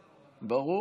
רציני.